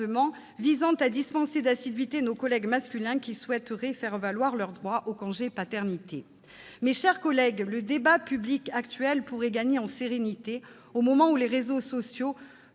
visant à dispenser d'assiduité nos collègues masculins qui souhaiteraient faire valoir leur droit au congé de paternité. Mes chers collègues, le débat public actuel pourrait gagner en sérénité à l'heure où les réseaux sociaux